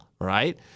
right